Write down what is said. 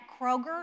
Kroger